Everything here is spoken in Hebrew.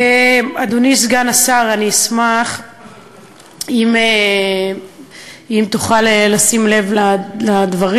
אדוני סגן השר, אני אשמח אם תוכל לשים לב לדברים.